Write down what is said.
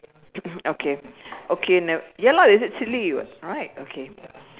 okay okay now ya lah they said silly [what] right okay